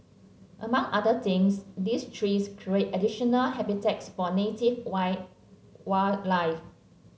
among other things these trees create additional habitats for native wild wildlife